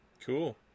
cool